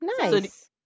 nice